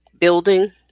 building